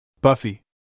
Buffy